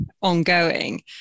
ongoing